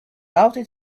outed